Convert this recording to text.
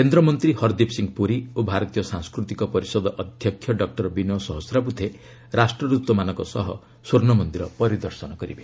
କେନ୍ଦ୍ରମନ୍ତୀ ହରଦୀପ ସିଂହ ପୁରୀ ଓ ଭାରତୀୟ ସାଂସ୍କୃତିକ ପରିଷଦ ଅଧ୍ୟକ୍ଷ ଡକ୍ଟର ବିନୟ ସହସ୍ରାବୁଦ୍ଧେ ରାଷ୍ରଦୃତମାନଙ୍କ ସହ ସ୍ୱର୍ଶ୍ୱମନିର ପରିଦର୍ଶନ କରିବେ